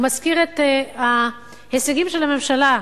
הוא מזכיר את ההישגים של הממשלה,